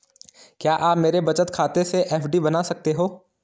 क्या आप मेरे बचत खाते से एफ.डी बना सकते हो?